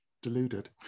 Deluded